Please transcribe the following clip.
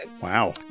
Wow